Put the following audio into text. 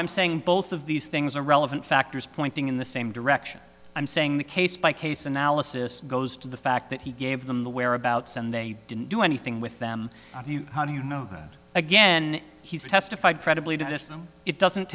i'm saying both of these things are relevant factors pointing in the same direction i'm saying the case by case analysis goes to the fact that he gave them the whereabouts and they didn't do anything with them how do you know that again he's testified credibly to this it doesn't